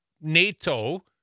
NATO